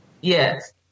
Yes